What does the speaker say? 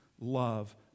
love